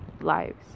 lives